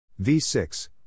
V6